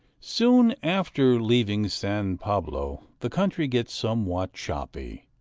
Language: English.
soon after leaving san pablo the country gets somewhat choppy,